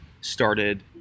started